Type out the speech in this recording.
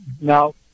no